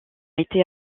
été